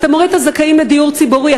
אתה מוריד את הזכאים לדיור ציבורי,